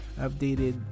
updated